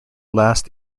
last